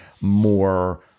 more